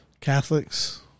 Catholics